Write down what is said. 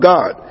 God